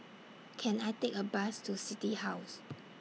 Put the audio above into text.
Can I Take A Bus to City House